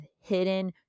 hidden